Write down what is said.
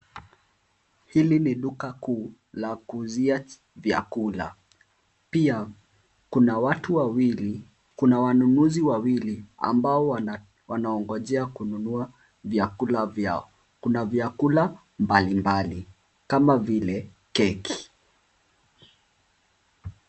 Hili ni duka kuu la kuuzia vyakula. Pia, kuna watu wawili, kuna wanunuzi wawili ambao wanangojea kununua vyakula vyao. Kuna vyakula mbalimbali kama vile keki.